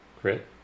Crit